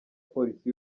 polisi